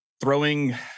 throwing